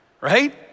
right